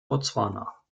botswana